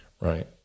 Right